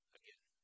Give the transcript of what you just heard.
again